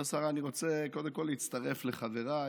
כבוד השרה, אני רוצה קודם כול להצטרף לחבריי